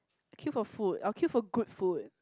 I'd queue for food I'd queue for good food